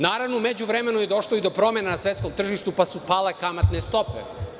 Naravno, u međuvremenu je došlo i do promena na svetskom tržištu, pa su pale kamatne stope.